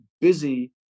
busy